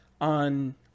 on